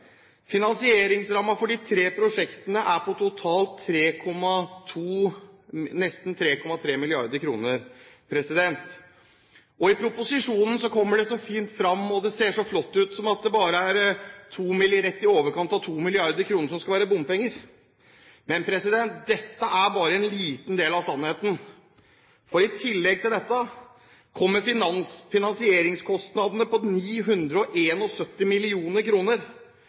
Finansieringsrammen for de tre prosjektene er på totalt nesten 3,3 mrd. kr. I proposisjonen kommer det så fint fram, og det ser så flott ut, at det bare er rett i overkant av 2 mrd. kr som skal være bompenger. Men dette er bare en liten del av sannheten, for i tillegg kommer finansieringskostnadene på 971 mill. kr og